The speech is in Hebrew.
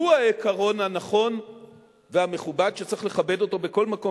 הוא העיקרון הנכון והמכובד שצריך לכבד אותו בכל מקום,